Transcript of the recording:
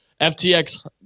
FTX